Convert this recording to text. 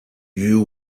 you